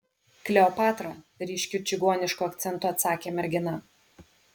kleopatra ryškiu čigonišku akcentu atsakė mergina